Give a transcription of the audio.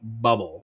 bubble